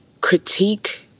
critique